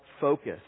focus